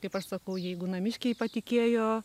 kaip aš sakau jeigu namiškiai patikėjo